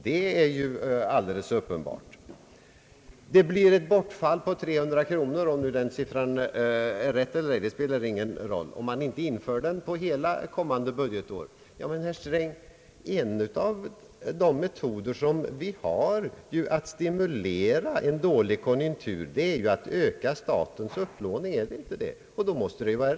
Det blir här fråga om ett inkomstbortfall på 300 miljoner kronor — om den siffran är rätt eller ej spelar nu ingen roll — om man inte inför denna avgift under det kommande budgetåret. Men, herr Sträng, en av de metoder som används för att stimulera en dålig konjunktur är att öka statens upplåning, eller hur?